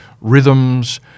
Rhythms